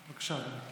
בבקשה, אדוני.